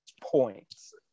points